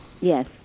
Yes